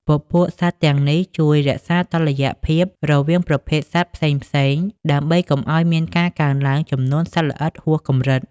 ពពួកសត្វទាំងនេះជួយរក្សាតុល្យភាពរវាងប្រភេទសត្វផ្សេងៗ ដើម្បីកុំឱ្យមានការកើនឡើងចំនួនសត្វល្អិតហួសកម្រិត។